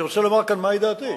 אני רוצה לומר כאן מהי דעתי.